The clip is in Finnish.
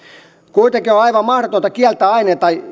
kuitenkin on on aivan mahdotonta kieltää aineita